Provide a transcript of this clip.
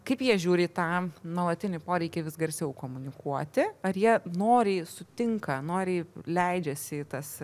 kaip jie žiūri į tą nuolatinį poreikį vis garsiau komunikuoti ar jie noriai sutinka noriai leidžiasi į tas